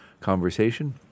conversation